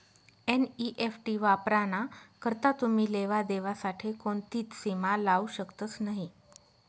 NEFT वापराना करता तुमी लेवा देवा साठे कोणतीच सीमा लावू शकतस नही